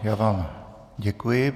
Já vám děkuji.